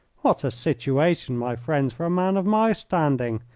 what a situation, my friends, for a man of my standing!